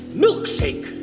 milkshake